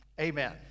amen